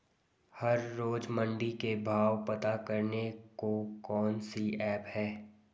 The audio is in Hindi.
हर रोज़ मंडी के भाव पता करने को कौन सी ऐप है?